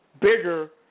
bigger